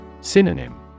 Synonym